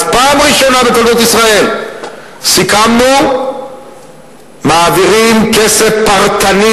אז פעם ראשונה בתולדות ישראל סיכמנו שמעבירים כסף פרטני,